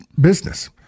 business